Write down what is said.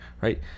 right